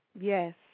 Yes